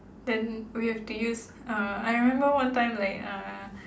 then we have to use uh I remember one time like uh